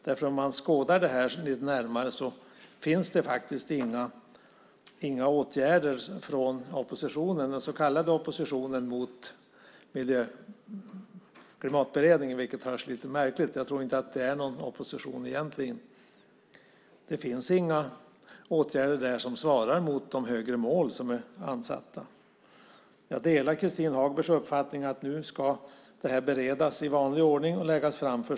Vid närmare åskådning finns det faktiskt inga åtgärder från den så kallade oppositionen mot Klimatberedningen, vilket hörs lite märkligt. Jag tror inte att det är någon opposition egentligen. Det finns inga åtgärder som svarar mot de högre mål som är uppsatta. Jag delar Christin Hagbergs uppfattning att detta ska beredas i vanlig ordning och förslag läggas fram.